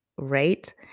Right